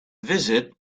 visit